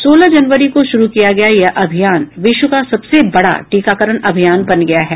सोलह जनवरी को शुरू किया गया यह अभियान विश्व का सबसे बड़ा टीकाकरण अभियान बन गया है